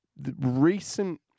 recent